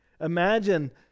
Imagine